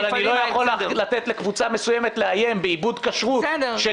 אבל אני לא יכול לתת לקבוצה מסוימת לאיים באיבוד כשרות של